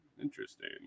Interesting